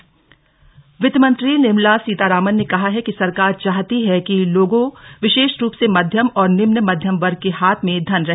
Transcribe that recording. वित्त मंत्री वित्त मंत्री निर्मला सीतारामन ने कहा है कि सरकार चाहती है कि लोगों विशेष रूप से मध्यम और निम्न मध्यम वर्ग के हाथ में धन रहे